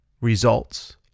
results